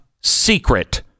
secret